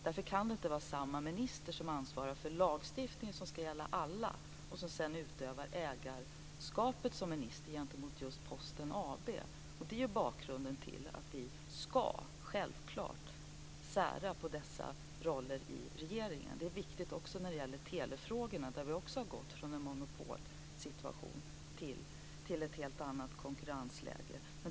Därför kan det inte vara samma minister som ansvarar för lagstiftningen, som ska gälla alla, och som sedan utövar ägarskapet som minister gentemot just Posten AB. Det är bakgrunden till att vi självklart ska sära på dessa roller i regeringen. Det är viktigt också när det gäller telefrågorna, där vi också har gått från en monopolsituation till ett helt annat konkurrensläge.